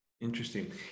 Interesting